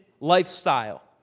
lifestyle